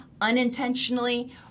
unintentionally